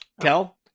Kel